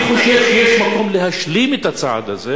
אני חושב שיש מקום להשלים את הצעד הזה